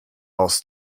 aus